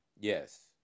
Yes